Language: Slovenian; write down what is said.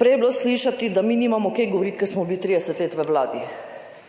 Prej je bilo slišati, da mi nimamo kaj govoriti, ker smo bili 30 let v vladi.